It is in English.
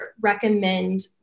recommend